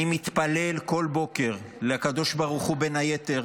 אני מתפלל כל בוקר לקדוש ברוך הוא בין היתר